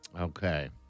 okay